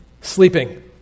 Sleeping